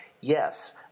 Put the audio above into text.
yes